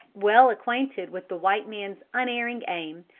well acquainted with the white man's unerring aim,